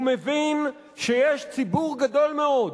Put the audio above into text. הוא מבין שיש ציבור גדול מאוד